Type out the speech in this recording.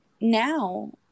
now